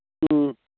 ꯎꯝ